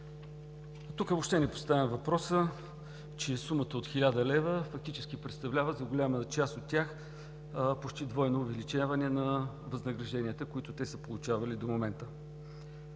Тук въобще не поставям въпроса, че сумата от 1000 лв. фактически представлява за голямата част от тях почти двойно увеличаване на възнагражденията, които те са получавали до момента.